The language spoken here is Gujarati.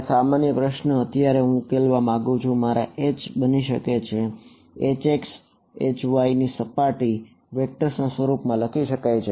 તેને સમાન પ્રશ્ન અત્યારે હું ઉકેલવા માંગુ છું મારા અજ્ઞાત H બની શકે છે Hx Hy સપાટી ને આ વેક્ટર્સ ના સ્વરૂપ માં લખી શકાય છે